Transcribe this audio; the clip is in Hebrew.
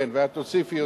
כן, ואת תוסיפי אותי.